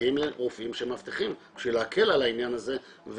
מגיעים רופאים שמאבטחים בשביל להקל על העניין הזה,